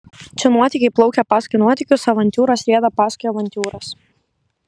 čia nuotykiai plaukia paskui nuotykius avantiūros rieda paskui avantiūras